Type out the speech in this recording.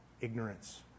ignorance